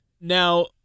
Now